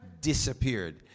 disappeared